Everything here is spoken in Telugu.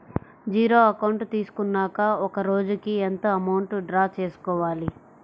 జీరో అకౌంట్ తీసుకున్నాక ఒక రోజుకి ఎంత అమౌంట్ డ్రా చేసుకోవాలి?